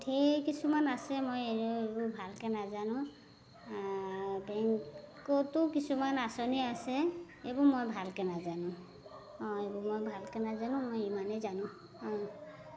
কিছুমান আছে মই এই এইবোৰ ভালকৈ নাজানো বেংকতো কিছুমান আঁচনি আছে এইবোৰ মই ভালকৈ নাজানো অঁ এইবোৰ মই ভালকৈ নাজানো মই ইমানেই জানো অঁ